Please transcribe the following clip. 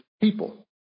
people